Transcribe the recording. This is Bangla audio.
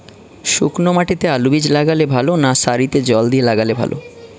শুক্নো মাটিতে আলুবীজ লাগালে ভালো না সারিতে জল দিয়ে লাগালে ভালো?